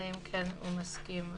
אלא אם כן הוא מסכים ל-VC.